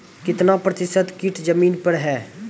कितना प्रतिसत कीट जमीन पर हैं?